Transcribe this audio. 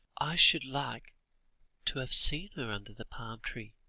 i should like to have seen her under the palm-tree,